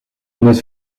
note